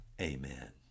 Amen